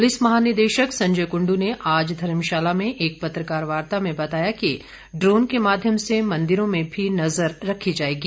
police महानिदेशक संजय कुंड् ने आज धर्मशाला में एक पत्रकार वार्ता में बताया कि ड्रोन के माध्यम से मंदिरों में भी नजर रखी जाएगी